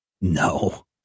No